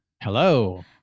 hello